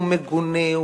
הוא מגונה,